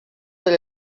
del